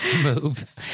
Move